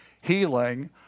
healing